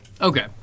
Okay